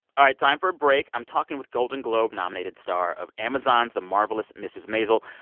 all right, time for a break. i'm talking with golden globe-nominated star of amazon's the marvelous mrs. maisel,